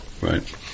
Right